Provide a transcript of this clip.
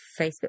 Facebook